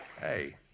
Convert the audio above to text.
Hey